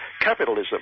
capitalism